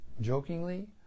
jokingly